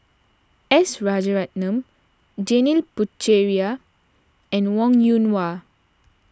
S Rajaratnam Janil Puthucheary and Wong Yoon Wah